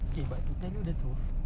K but to tell you the truth